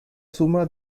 suma